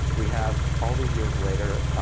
we have, all these years later,